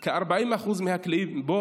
כ-40% מהכלואים בו